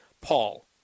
Paul